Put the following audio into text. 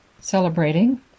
celebrating